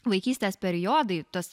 vaikystės periodai tas